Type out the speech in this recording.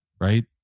right